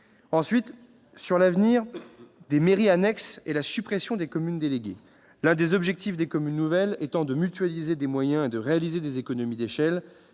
Concernant l'avenir des mairies annexes et la suppression des communes déléguées, l'un des objectifs de la création de communes nouvelles étant de mutualiser des moyens et de réaliser des économies d'échelle,